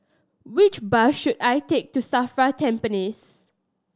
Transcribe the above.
which bus should I take to SAFRA Tampines